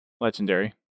legendary